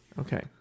okay